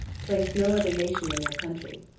placed no other nation in their country,